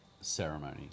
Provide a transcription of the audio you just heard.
ceremony